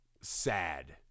sad